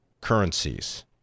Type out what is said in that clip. currencies